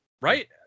Right